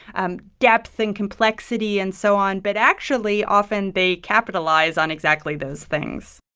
and depth and complexity and so on. but actually, often, they capitalize on exactly those things